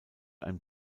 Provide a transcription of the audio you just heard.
ein